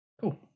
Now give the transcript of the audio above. Cool